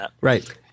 right